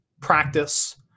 practice